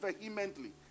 vehemently